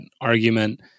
argument